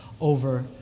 over